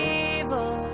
evil